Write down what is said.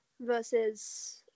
versus